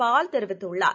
பால் தெரிவித்துள்ளார்